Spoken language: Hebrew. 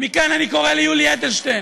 ומכאן אני קורא ליולי אדלשטיין,